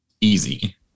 easy